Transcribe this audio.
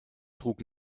trug